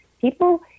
People